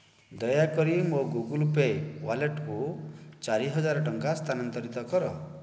ଦୟାକରି ମୋ Google Pay ୱାଲେଟକୁ ଚାରିହଜାର ଟଙ୍କା ସ୍ଥାନାନ୍ତରିତ କର